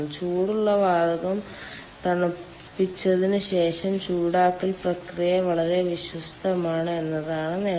ചൂടുള്ള വാതകം തണുപ്പിച്ചതിന് ശേഷം ചൂടാക്കൽ പ്രക്രിയ വളരെ വിശ്വസ്തമാണ് എന്നതാണ് നേട്ടം